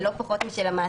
לא פחות משל המעסיק,